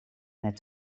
met